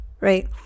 right